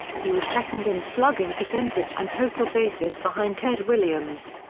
he was second in slugging percentage and total bases behind ted williams.